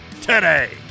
today